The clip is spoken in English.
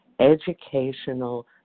educational